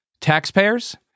taxpayers